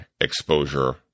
exposure